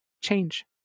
Change